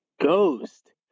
Ghost